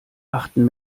achten